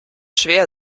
schwer